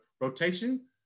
rotation